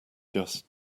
just